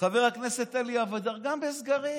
חבר הכנסת אלי אבידר, גם בסגרים.